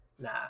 nah